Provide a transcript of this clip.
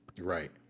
Right